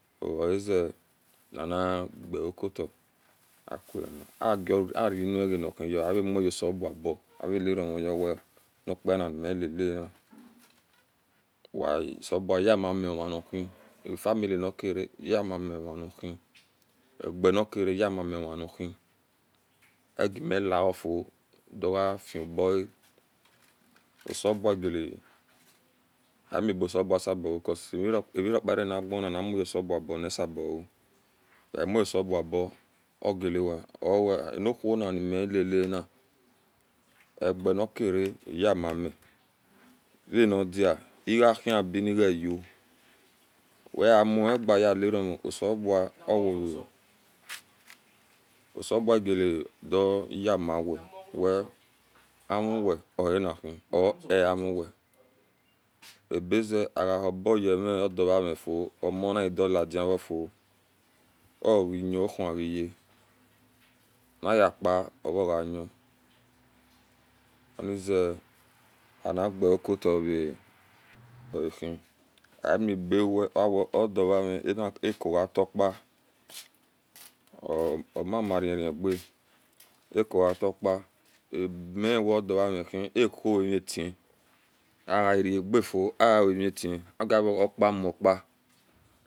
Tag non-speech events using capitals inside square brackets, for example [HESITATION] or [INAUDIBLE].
Oaze anage okuta akura [HESITATION] aru ugenihiyo avamuge use bua boa elaramoyi wean okpi kpa nnimilele na bua yamami omanihr e family ni kara yamame omanohi ogeanika re ya mami omanahi eygi miliofuo da afioboa [HESITATION] amiebesesebua sabau because amireka ranaganard nimuyi sebuabs nisabou weamoubse bua oqelalewe or nwhoni nmiiralari eqenikere yimami vanidi egahi abi invoyo weamoge yelikan sosabia [HESITATION] osebua galadimumawa wea mue oanahi or eamuhi abee aobouodiavamifi omonidalediofi oeahi okualiya nayepa olyin onee ana gaokuta [HESITATION] ohi amiebelce odiavami acoatapa omanarereg akuataiko abimini odio vami rohi acowemitn ageragafu awomibn opamupa